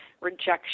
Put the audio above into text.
rejection